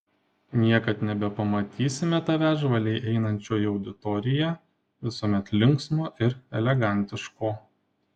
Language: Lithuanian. niekad nebepamatysime tavęs žvaliai einančio į auditoriją visuomet linksmo ir elegantiško